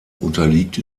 unterliegt